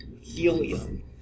helium